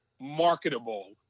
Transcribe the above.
marketable